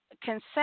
consent